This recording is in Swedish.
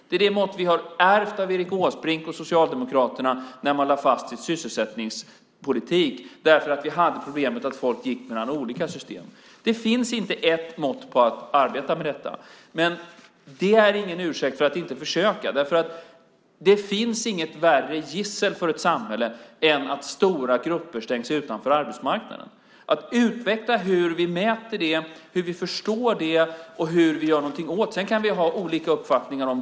Det är det mått vi har ärvt av Erik Åsbrink och Socialdemokraterna när man lade fast en sysselsättningspolitik där vi hade problemet att folk gick mellan olika system. Det finns inte ett mått att arbeta med detta, men det är ingen ursäkt för att inte försöka. Det finns inget värre gissel för ett samhälle än att stora grupper stängs utanför arbetsmarknaden. Hur vi mäter det, hur vi förstår det och hur vi gör någonting åt det kan vi ha olika uppfattningar om.